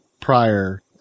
prior